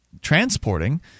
transporting